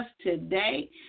today